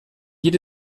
jede